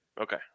Okay